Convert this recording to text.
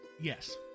Yes